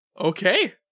okay